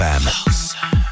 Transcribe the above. Closer